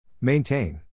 Maintain